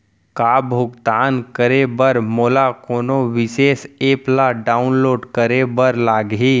का भुगतान करे बर मोला कोनो विशेष एप ला डाऊनलोड करे बर लागही